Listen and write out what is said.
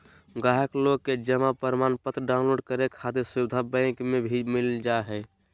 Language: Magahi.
गाहक लोग के जमा प्रमाणपत्र डाउनलोड करे के सुविधा बैंक मे भी मिल जा हय